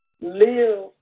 live